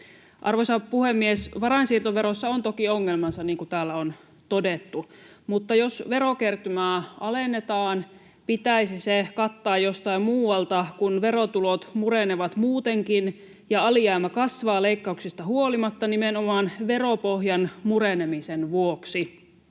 Arvoisa puhemies! Varainsiirtoverossa on toki ongelmansa, niin kuin täällä on todettu. Mutta jos verokertymää alennetaan, pitäisi se kattaa jostain muualta, kun verotulot murenevat muutenkin ja alijäämä kasvaa leikkauksista huolimatta nimenomaan veropohjan murenemisen vuoksi.